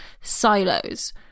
silos